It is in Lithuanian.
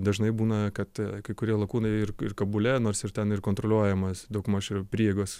dažnai būna kad kai kurie lakūnai ir ir kabule nors ir ten ir kontroliuojamas daugmaž ir prieigos